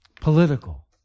political